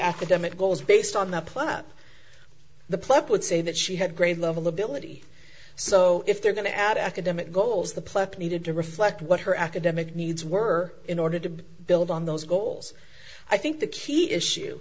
academic goals are based on the plump the pope would say that she had grade level ability so if they're going to add academic goals the pledge needed to reflect what her academic needs were in order to build on those goals i think the key issue